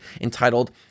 entitled